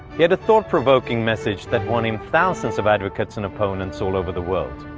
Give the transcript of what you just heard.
he had a thought-provoking message that won him thousands of advocates and opponents all over the world.